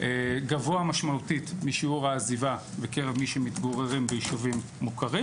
גבוה משמעותית משיעור העזיבה בקרב מי שמתגוררים בישובים מוכרים.